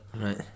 Right